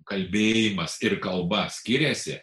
kalbėjimas ir kalba skiriasi